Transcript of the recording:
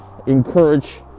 Encourage